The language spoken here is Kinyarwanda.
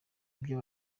ibyo